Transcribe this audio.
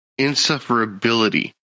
insufferability